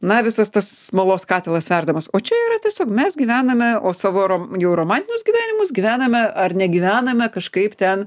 na visas tas smalos katilas verdamas o čia yra tiesiog mes gyvename o savo rom jau romantinius gyvenimus gyvename ar negyvename kažkaip ten